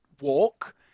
walk